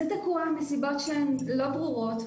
זה תקוע מסיבות לא ברורות,